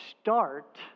start